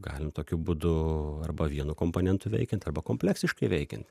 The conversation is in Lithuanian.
galim tokiu būdu arba vienu komponentu veikiant arba kompleksiškai veikiant